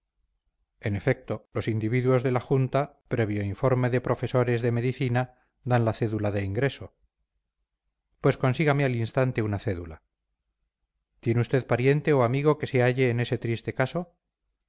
en efecto los individuos de la junta previo informe de profesores de medicina dan la cédula de ingreso pues consígame al instante una cédula tiene usted pariente o amigo que se halle en ese triste caso